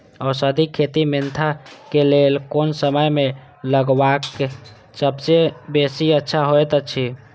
औषधि खेती मेंथा के लेल कोन समय में लगवाक सबसँ बेसी अच्छा होयत अछि?